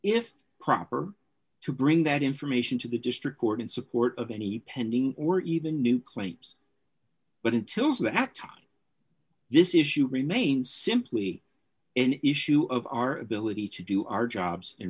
if proper to bring that information to the district court in support of any pending or even new claims but until that time this issue remains simply an issue of our ability to do our jobs in